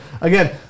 Again